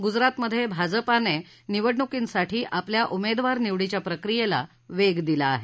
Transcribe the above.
गुजरातमध्ये भाजपाने निवडणुकींसाठी आपल्या उमेदवार निवडीच्या प्रक्रियेला वेग दिला आहे